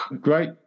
great